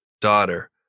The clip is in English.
daughter